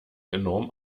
enorm